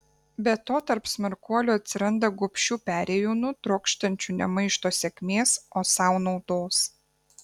be to tarp smarkuolių atsiranda gobšių perėjūnų trokštančių ne maišto sėkmės o sau naudos